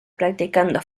practicando